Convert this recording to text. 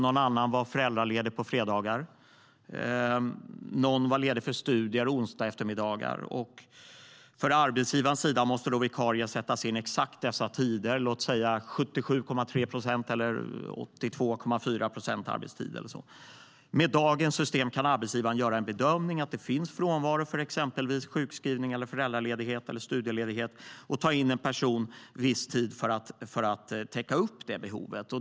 Någon annan var föräldraledig på fredagar, och någon var ledig för studier på onsdagseftermiddagar. Från arbetsgivarens sida måste då vikarier sättas in på exakt dessa tider, för låt säga 77,3 procent eller 82,4 procent arbetstid. Med dagens system kan arbetsgivaren göra en bedömning att det finns frånvaro för exempelvis sjukskrivning, föräldraledighet eller studieledighet och ta in en person på visstid för att täcka upp det behovet.